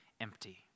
empty